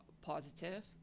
positive